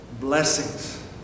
blessings